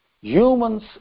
humans